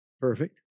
Perfect